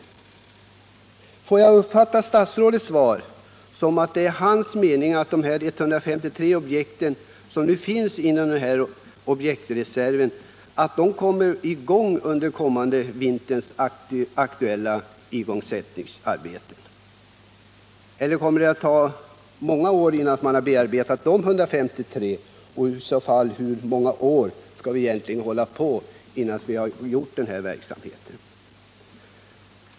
För det första: Kan jag uppfatta statsrådets svar så, att det är hans mening att de 153 objekt som finns i objektreserven skall omfattas av den kommande vinterns aktuella igångsättningsarbete, eller kommer det att ta många år innan dessa 153 objekt har bearbetats? Hur många år skall vi i så fall bearbeta dessa, innan vi kommit i gång med verksamheten?